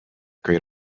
great